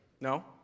No